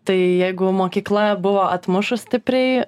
tai jeigu mokykla buvo atmušus stipriai